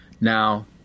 now